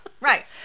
right